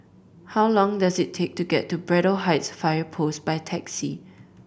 how long does it take to get to Braddell Heights Fire Post by taxi